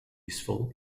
useful